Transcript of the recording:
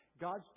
God's